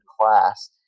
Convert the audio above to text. class